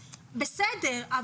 בסדר,